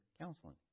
counseling